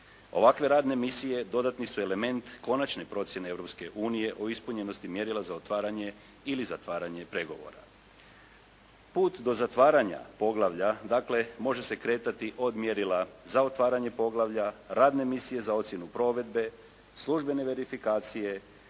Ovakve radne misije dodatni su element konačne procijene Europske unije o ispunjenosti mjerila za otvaranje ili za otvaranje pregovora. Put do zatvaranja poglavlja dakle, može se kretati do mjerila za otvaranje poglavlja, radne misije za ocjenu provedbe, službene verifikacije,